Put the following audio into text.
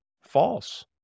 false